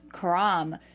Karam